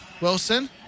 Wilson